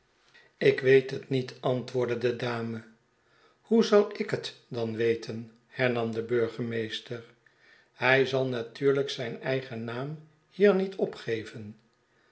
ik weet het niet antwoordde de dame hoe zal ik het dan weten hernarn de burgemeester hij zal natuurlijk zijn eigen naam hier niet opgeven